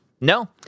No